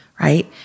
right